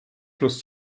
fluss